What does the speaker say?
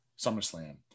SummerSlam